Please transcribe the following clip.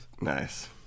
Nice